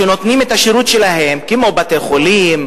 שנותנים את השירות שלהם, כמו בתי-חולים,